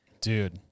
dude